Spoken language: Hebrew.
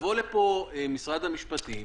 יבוא לפה משרד המשפטים,